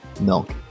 milk